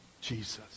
Jesus